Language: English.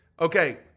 Okay